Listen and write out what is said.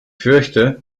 fürchte